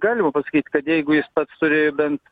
galima pasakyti kad jeigu jis pats turi bent